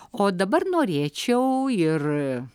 o dabar norėčiau ir